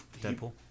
Deadpool